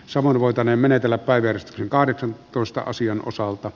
savon voitane menetellä päivien kahdeksan tuosta asian osalta